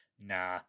nah